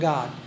God